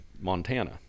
Montana